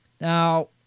now